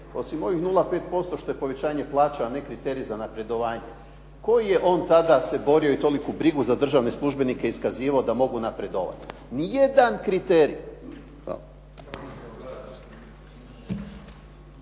osim ovih 0,5% što je povećanje plaća, a ne kriterij za napredovanje, koji je on tada se borio i toliku brigu za državne službenike iskazivao da mogu napredovati? Ni jedan kriterij.